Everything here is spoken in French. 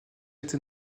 été